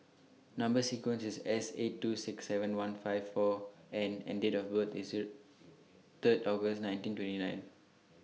Number sequence IS S eight two six seven one five four N and Date of birth IS Third August nineteen twenty nine